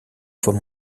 fois